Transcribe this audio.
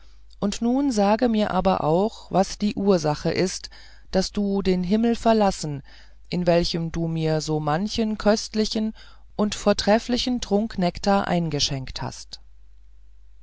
hast nun sage mir aber auch was die ursache ist daß du den himmel verlassen in welchem du mir so manchen köstlichen und vortrefflichen trunk nektar eingeschenkt hast